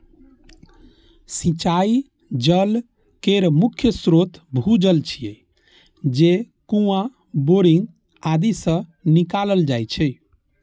सिंचाइ जल केर मुख्य स्रोत भूजल छियै, जे कुआं, बोरिंग आदि सं निकालल जाइ छै